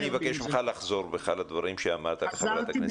אני מבקש ממך לחזור בך על הדברים שאמרת על חברת הכנסת קטי.